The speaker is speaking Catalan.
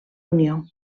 unió